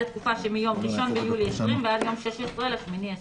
התקופה שמיום 1.7.20 ועד יום 16.8.20,